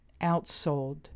outsold